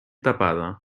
tapada